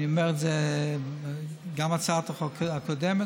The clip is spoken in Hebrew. אני אומר את זה גם על הצעת החוק הקודמת.